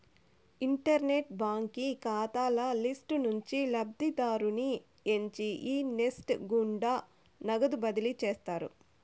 internet బాంకీ కాతాల list నుంచి లబ్ధిదారుని ఎంచి ఈ నెస్ట్ గుండా నగదు బదిలీ చేస్తారు